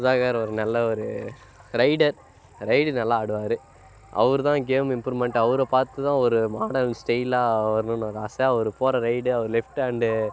சுதாகர் ஒரு நல்ல ஒரு ரெய்டர் ரெய்டு நல்லா ஆடுவார் அவரு தான் கேம் இம்ப்ரூவ்மெண்ட் அவரை பார்த்து தான் ஒரு மாடல் ஸ்டைலாக வரணும்னு ஒரு ஆசை அவரு போகிற ரெய்டு அவர் லெஃப்ட் ஹேண்டு